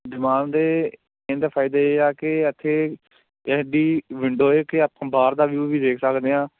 ਦੀਵਾਨ ਦੇ ਇਹਦੇ ਫਾਇਦੇ ਇਹ ਹੈ ਕਿ ਇੱਥੇ ਕਿਸੇ ਦੀ ਵਿੰਡੋ ਹੈ ਕਿ ਆਪਾਂ ਬਾਹਰ ਦਾ ਵਿਊ ਵੀ ਦੇਖ ਸਕਦੇ ਹਾਂ